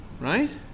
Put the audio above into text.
right